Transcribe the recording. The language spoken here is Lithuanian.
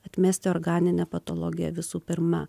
atmesti organinę patologiją visų pirma